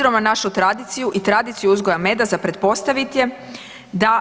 S obzirom na našu tradiciju i tradiciju uzgoja meda, za pretpostaviti je da